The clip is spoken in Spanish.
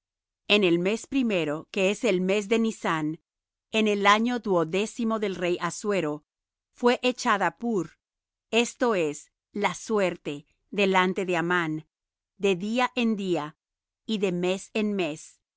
en el mes primero que es el mes de nisán en el año duodécimo del rey assuero fué echada pur esto es la suerte delante de amán de día en día y de mes en mes